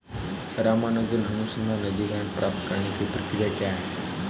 रामानुजन अनुसंधान निधीकरण प्राप्त करने की प्रक्रिया क्या है?